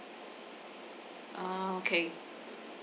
okay